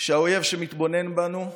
שהאויב שמתבונן בנו,